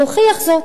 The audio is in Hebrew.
להוכיח זאת,